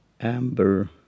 amber